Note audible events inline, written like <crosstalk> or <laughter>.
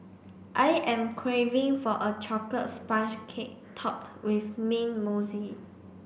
I am craving for a chocolate sponge cake topped with mint <unintelligible>